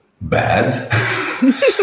bad